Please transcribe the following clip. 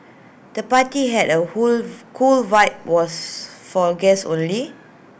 the party had A cool vibe was for guests only